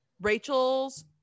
Rachel's